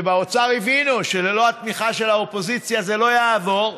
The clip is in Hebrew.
ובאוצר הבינו שללא התמיכה של האופוזיציה זה לא יעבור,